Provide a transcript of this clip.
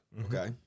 okay